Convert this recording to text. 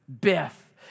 Biff